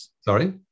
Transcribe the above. Sorry